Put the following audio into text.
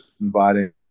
inviting